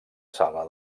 sala